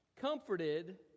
Comforted